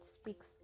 speaks